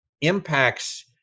impacts